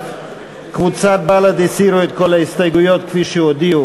60. ההסתייגויות לא התקבלו.